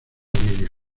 ovidio